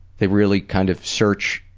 they really kind of search,